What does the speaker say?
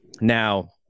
Now